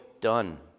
done